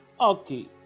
okay